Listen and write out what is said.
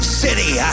city